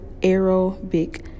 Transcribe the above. aerobic